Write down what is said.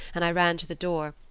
and i ran to the door,